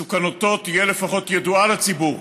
מסוכנותו תהיה לפחות ידועה לציבור,